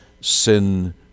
sin